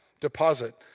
Deposit